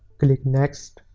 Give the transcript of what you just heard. click next,